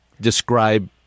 describe